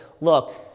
Look